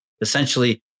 essentially